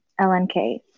LNK